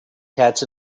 cats